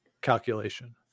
calculation